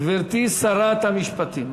גברתי שרת המשפטים,